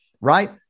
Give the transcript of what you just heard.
right